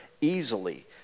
easily